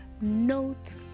note